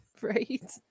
Right